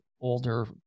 older